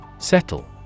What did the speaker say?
Settle